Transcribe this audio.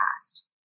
past